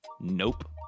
Nope